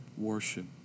worship